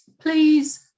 please